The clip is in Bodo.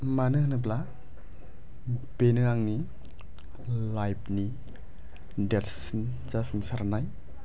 मानो होनब्ला बेनो आंनि लाइफ नि देरसिन जाफुंसारनाय